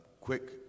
quick